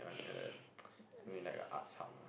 yeah something like that something like a arts hub